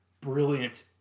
Brilliant